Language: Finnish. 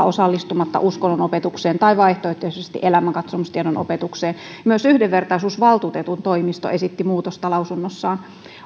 osallistumatta uskonnonopetukseen tai vaihtoehtoisesti elämänkatsomustiedon opetukseen myös yhdenvertaisuusvaltuutetun toimisto esitti muutosta lausunnossaan